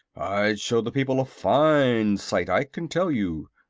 i'd show the people a fine sight, i can tell you.